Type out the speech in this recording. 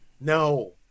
no